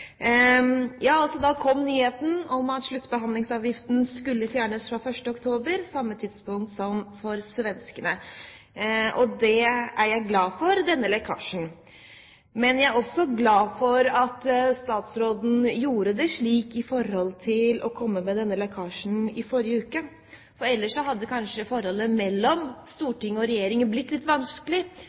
Da kom altså nyheten om at sluttbehandlingsavgiften skulle fjernes fra 1. oktober, samme tidspunkt som for svenskene. Jeg er glad for denne lekkasjen. Men jeg er også glad for at statsråden gjorde det slik, med å komme med denne lekkasjen i forrige uke, for ellers hadde kanskje forholdet mellom Stortinget og regjeringen blitt litt vanskelig,